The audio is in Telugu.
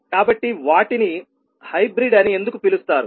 కాబట్టి వాటిని హైబ్రిడ్ అని ఎందుకు పిలుస్తారు